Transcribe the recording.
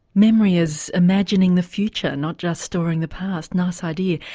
memory is imagining the future not just storing the past nice idea.